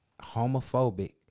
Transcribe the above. homophobic